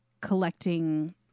collecting